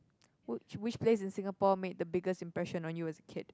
which which place in Singapore made the biggest impression on you as a kid